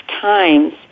times